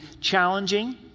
challenging